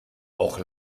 auch